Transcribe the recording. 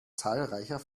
zahlreicher